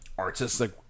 artistic